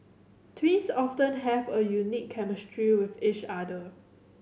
twins often have a unique chemistry with each other